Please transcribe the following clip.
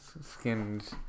skinned